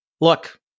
look